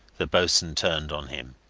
the boatswain turned on him.